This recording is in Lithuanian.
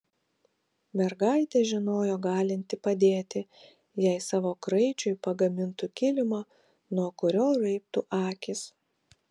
mergaitė žinojo galinti padėti jei savo kraičiui pagamintų kilimą nuo kurio raibtų akys